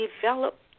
develop